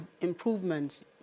improvements